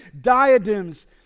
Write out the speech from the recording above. diadems